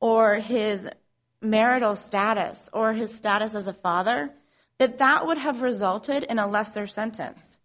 or his marital status or his status as a father that that would have resulted in a lesser sentence